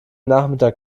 nachmittag